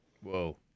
Whoa